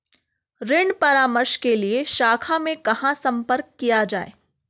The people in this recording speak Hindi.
ऋण परामर्श के लिए शाखा में कहाँ संपर्क किया जाए?